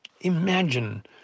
imagine